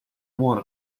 one